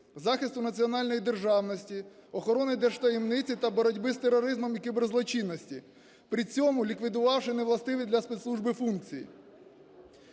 захисту національної державності, охорони держтаємниці та боротьби з тероризмом і кіберзлочинності при цьому ліквідувавши невластиві для спецслужби функції.